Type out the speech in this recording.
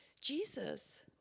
Jesus